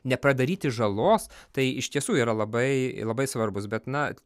nepradaryti žalos tai iš tiesų yra labai labai svarbus bet na